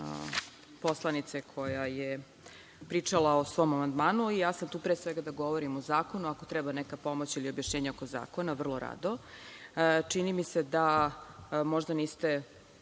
poslanice koja je pričala o svom amandmanu. Ja sam tu pre svega da govorim o zakonu, ako treba neka pomoć ili objašnjenje oko zakona, vrlo rado. Čini mi se da možda niste